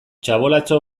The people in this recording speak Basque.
txabolatxo